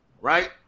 right